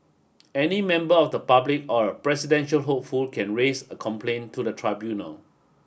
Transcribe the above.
any member of the public or a presidential hopeful can raise a complaint to the tribunal